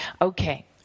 Okay